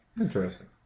Interesting